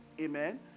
Amen